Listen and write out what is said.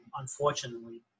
unfortunately